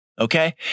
okay